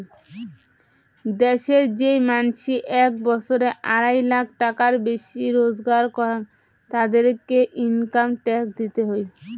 দ্যাশের যেই মানসি এক বছরে আড়াই লাখ টাকার বেশি রোজগার করাং, তাদেরকে ইনকাম ট্যাক্স দিতে হই